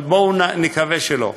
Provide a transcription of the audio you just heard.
אבל בואו נקווה שלא.